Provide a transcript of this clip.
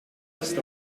east